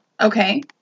Okay